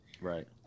Right